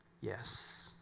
Yes